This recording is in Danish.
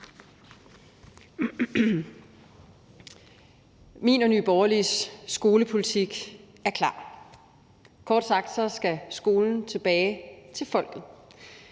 Min og Nye Borgerliges skolepolitik er klar: Kort sagt skal skolen tilbage til folket.